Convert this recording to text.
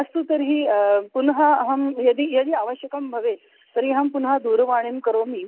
अस्तु तर्हि पुनः अहं यदि यदि आवश्यकं भवेत् तर्हि अहं पुनः दूरवाणीं करोमि